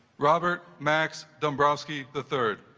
robert max dombrowski the third